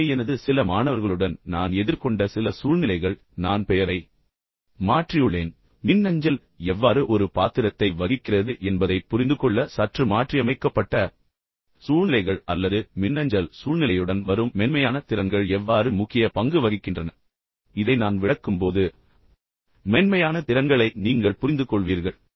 எனவே இவை எனது சில மாணவர்களுடன் நான் எதிர்கொண்ட சில சூழ்நிலைகள் ஆனால் நான் பெயரை மாற்றியுள்ளேன் மின்னஞ்சல் எவ்வாறு ஒரு பாத்திரத்தை வகிக்கிறது என்பதைப் புரிந்துகொள்ள சற்று மாற்றியமைக்கப்பட்ட சூழ்நிலைகள் அல்லது மின்னஞ்சல் சூழ்நிலையுடன் வரும் மென்மையான திறன்கள் எவ்வாறு முக்கிய பங்கு வகிக்கின்றன இதை நான் விளக்கும்போது மென்மையான திறன்கள் என்றால் என்ன என்பதை நீங்கள் புரிந்துகொள்வீர்கள்